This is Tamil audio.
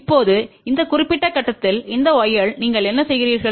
இப்போது இந்த குறிப்பிட்ட கட்டத்தில் இந்த yL நீங்கள் என்ன செய்கிறீர்கள்